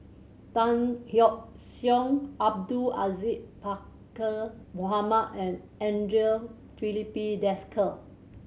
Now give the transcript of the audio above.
Tan Yeok Seong Abdul Aziz Pakkeer Mohamed and Andre Filipe Desker